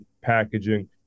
packaging